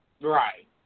Right